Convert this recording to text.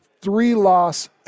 three-loss